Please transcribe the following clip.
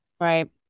right